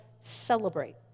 celebrate